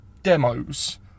demos